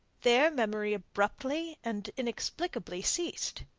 there memory abruptly and inexplicably ceased.